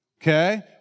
Okay